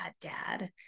dad